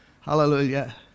Hallelujah